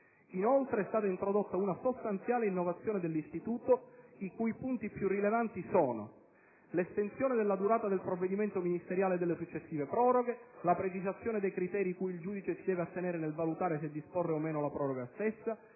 Inoltre, è stata introdotta una sostanziale innovazione dell'istituto, i cui punti più rilevanti sono: l'estensione della durata del provvedimento ministeriale e delle successive proroghe; la precisazione dei criteri cui il giudice si deve attenere nel valutare se disporre o meno la proroga stessa;